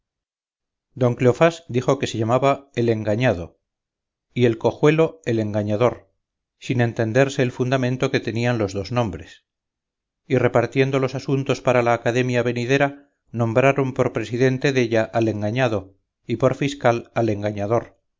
don cleofás dijo que se llamaba el engañado y el cojuelo el engañador sin entenderse el fundamento que tenían los dos nombres y repartiendo los asuntos para la academia venidera nombraron por presidente della al engañado y por fiscal al engañador